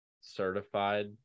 certified